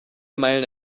meilen